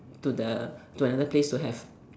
to the to another place to have